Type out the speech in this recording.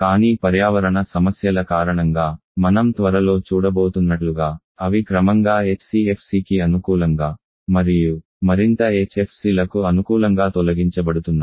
కానీ పర్యావరణ సమస్యల కారణంగా మనం త్వరలో చూడబోతున్నట్లుగా అవి క్రమంగా HCFCకి అనుకూలంగా మరియు మరింత HFCలకు అనుకూలంగా తొలగించబడుతున్నాయి